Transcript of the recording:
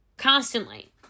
constantly